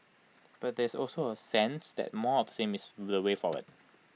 but there is also A sense that more of the same is the way forward